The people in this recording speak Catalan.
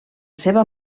seva